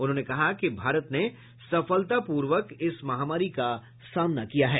उन्होंने कहा कि भारत ने सफलतापूर्वक इस महामारी का सामना किया है